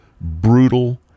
brutal